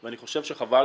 ואני חושב שחבל